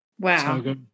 Wow